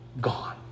gone